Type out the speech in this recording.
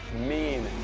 mean,